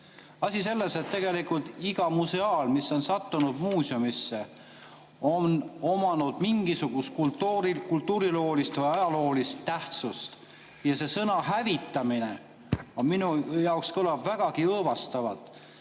Asi on selles, et tegelikult iga museaal, mis on sattunud muuseumisse, on omanud kunagi mingisugust kultuuriloolist või ajaloolist tähtsust. Sõna "hävitamine" kõlab minu jaoks vägagi õõvastavalt.